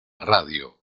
radio